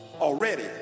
already